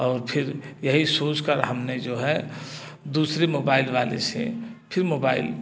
और फिर यही सोच कर हम ने जो है दूसरे मोबाइल वाले से फिर मोबाइल